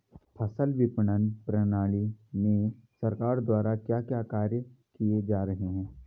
फसल विपणन प्रणाली में सरकार द्वारा क्या क्या कार्य किए जा रहे हैं?